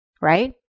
right